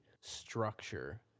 structure